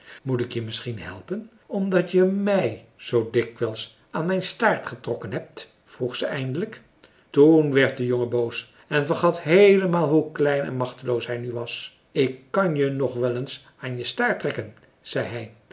moet ik je misschien helpen omdat je mij zoo dikwijls aan mijn staart getrokken hebt vroeg ze eindelijk toen werd de jongen boos en vergat heelemaal hoe klein en machteloos hij nu was ik kan je nog wel eens aan je staart trekken zei